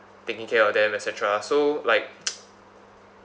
taking care of them et cetera so like